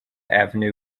avenue